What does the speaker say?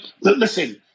listen